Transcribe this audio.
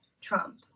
Trump